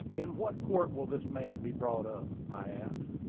in what court will this man be brought up? i asked.